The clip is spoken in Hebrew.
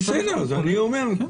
אז אני אומר,